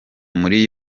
muri